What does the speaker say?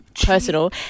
personal